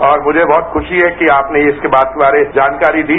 और मुझे बहुत खुशी है कि आपने इसके बारे में जानकारी दी